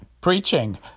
preaching